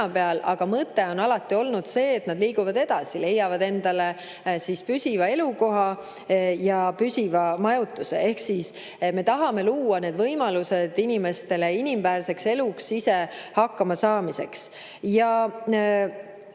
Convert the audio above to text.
aga mõte on alati olnud see, et nad liiguvad edasi, leiavad endale püsiva elukoha ja püsiva majutuse. Ehk me tahame luua need võimalused inimestele inimväärseks eluks, ise hakkama saamiseks.